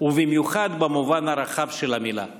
ובמיוחד במובן הרחב של המילה,